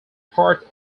part